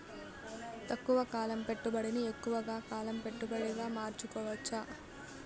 తక్కువ కాలం పెట్టుబడిని ఎక్కువగా కాలం పెట్టుబడిగా మార్చుకోవచ్చా?